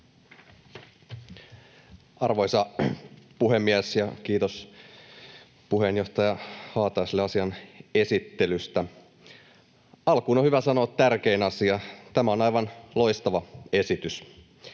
Arvoisa puhemies! Kiitos puheenjohtaja Haataiselle asian esittelystä. Alkuun on hyvä sanoa tärkein asia: tämä on aivan loistava esitys.